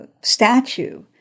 statue